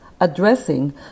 addressing